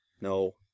No